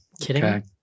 kidding